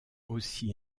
aussi